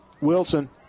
Wilson